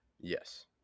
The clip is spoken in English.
Yes